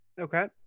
Okay